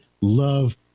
love